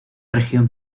región